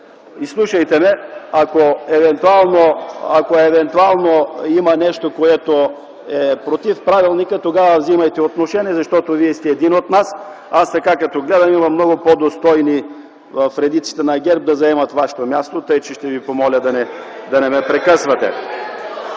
Изслушайте ме, ако евентуално има нещо, което е против правилника, тогава вземайте отношение, защото Вие сте един от нас. Аз така като гледам, има много по-достойни в редиците на ГЕРБ да заемат Вашето място, така че ще Ви помоля да не ме прекъсвате.